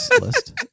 list